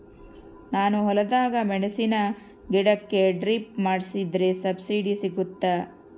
ನಾನು ಹೊಲದಾಗ ಮೆಣಸಿನ ಗಿಡಕ್ಕೆ ಡ್ರಿಪ್ ಮಾಡಿದ್ರೆ ಸಬ್ಸಿಡಿ ಸಿಗುತ್ತಾ?